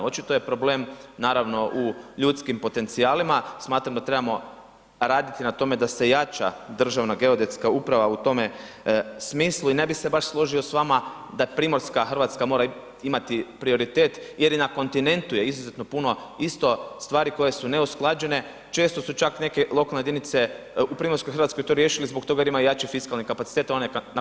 Očito je problem naravno u ljudskim potencijalima, smatram da trebamo raditi na tome da se jača Državna geodetska uprava u tome smislu i ne bi se baš složio s vama da Primorska Hrvatska mora imati prioritet jer i na kontinentu je izuzetno puno isto stvari koje su neusklađene, često su čak neke lokalne jedinice u Primorskoj Hrvatskoj to riješili zbog toga jer imaju jači fiskalni kapacitet, a na kontinentu to nemaju.